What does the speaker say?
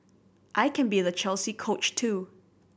I can be the Chelsea Coach too